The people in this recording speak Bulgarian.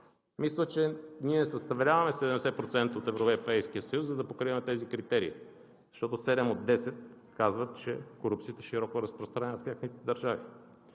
Мисля, че ние съставляваме 70% от Европейския съюз, за да покриваме тези критерии, защото седем от 10 казват, че корупцията е широко разпространена в техните държави.